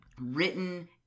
Written